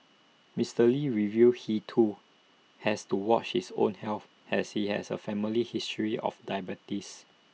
Mister lee revealed he too has to watch his own health as he has A family history of diabetes